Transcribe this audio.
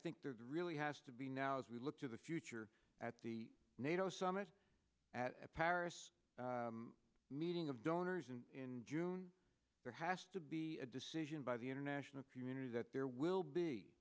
think there really has to be now as we look to the future at the nato summit at paris meeting of donors in june there has to be a decision by the international community that there will be